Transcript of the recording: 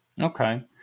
Okay